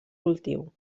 cultiu